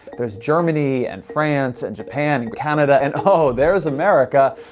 there's germany and france and japan and canada and oh! there's america.